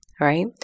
Right